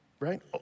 right